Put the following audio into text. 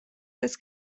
this